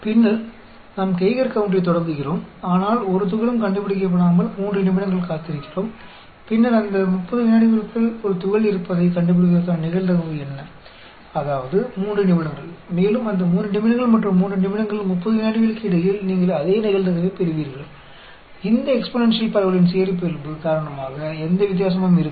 फिर हम Geiger counter शुरू करते हैं लेकिन हम एक कण का पता लगाए बिना 3 मिनट तक प्रतीक्षा करते हैं फिर क्या प्रोबेबिलिटी है कि हम उस 30 सेकंड के भीतर एक कण का पता लगाएंगे जो कि 3 मिनट है और उस 3 मिनट और 3 मिनट 30 सेकंड के बीच आप आएंगे प्रोबेबिलिटी को उतना ही प्राप्त करेंगे इस एक्सपोनेंशियल डिस्ट्रीब्यूशन की विशेषता के कारण इसमें कोई अंतर नहीं होगा